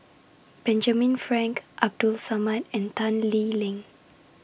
Benjamin Frank Abdul Samad and Tan Lee Leng